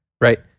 Right